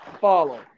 follow